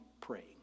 praying